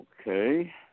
Okay